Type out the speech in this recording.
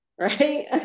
right